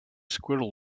squirrel